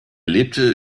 lebte